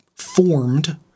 formed